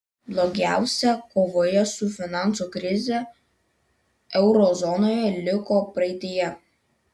blogiausia kovoje su finansų krize euro zonoje liko praeityje